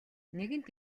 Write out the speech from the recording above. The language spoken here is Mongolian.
нэгэнт